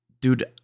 Dude